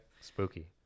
spooky